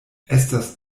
estas